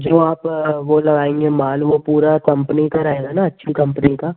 जो आप वह लगाएँगे माल वह पूरा कंपनी का रहेगा ना अच्छी कंपनी का